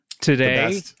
today